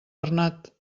bernat